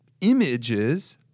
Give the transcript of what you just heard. images